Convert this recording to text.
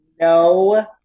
No